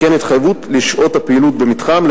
וכן התחייבות לשעות פעילות במתחם,